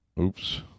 Oops